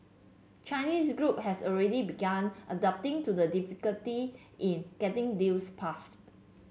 Chinese group have already begun adapting to the difficulty in getting deals passed